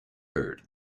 herd